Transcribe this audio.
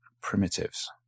primitives